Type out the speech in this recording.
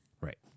Right